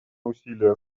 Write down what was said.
усилия